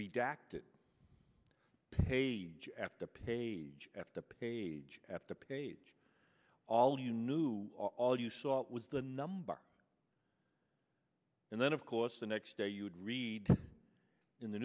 acted page after page after page after page all you knew all you saw was the number and then of course the next day you'd read in the